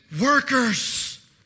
workers